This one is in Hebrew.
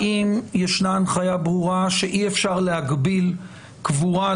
האם ישנה הנחיה ברורה שאי-אפשר להגביל קבורה,